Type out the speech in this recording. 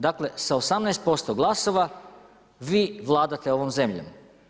Dakle, sa 18% glasova vi vladate ovom zemljom.